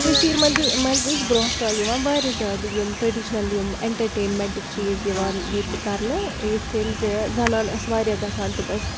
کٔشیٖرِ منٛدٕ منٛزٕ ٲسۍ برٛونٛہہ کالہِ یِوان واریاہ زیادٕ یِم ٹرٛیڈِشنَل یِم اٮ۪نٹَرٹینمٮ۪نٛٹٕکۍ چیٖز یِوان ییٚتہِ کَرنہٕ یِتھ کٔنۍ زِ زَنان ٲس واریاہ گژھان تِم ٲسۍ